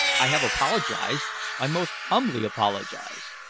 i have apologized i most humbly apologize.